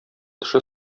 теше